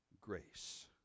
grace